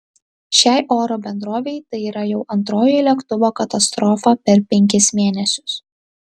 šiai oro bendrovei tai yra jau antroji lėktuvo katastrofa per penkis mėnesius